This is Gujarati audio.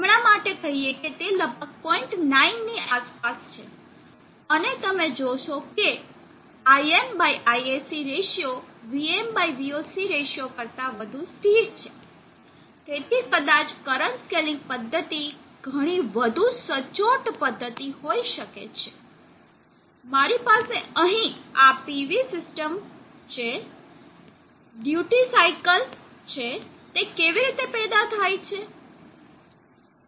મારી પાસે અહીં આ PV સિસ્ટમ માટે છે ડ્યુટી સાઇકલ તે કેવી રીતે પેદા થાય છે